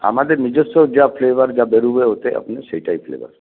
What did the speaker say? আমাদের নিজস্ব যা ফ্লেভার যা বেরোবে ওতে আপনার সেইটাই ফ্লেভার